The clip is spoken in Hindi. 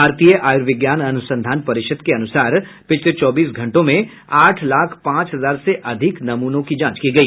भारतीय आयुर्विज्ञान अनुसंधान परिषद के अनुसार पिछले चौबीस घंटों में आठ लाख पांच हजार से अधिक नमूनों की जांच की गई